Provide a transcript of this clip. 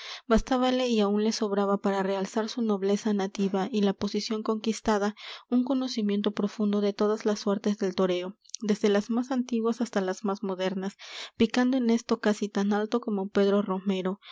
escuela bastábale y aun le sobraba para realzar su nobleza nativa y la posición conquistada un conocimiento profundo de todas las suertes del toreo desde las más antiguas hasta las más modernas picando en esto casi tan alto como pedro romero